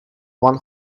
one